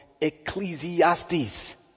Ecclesiastes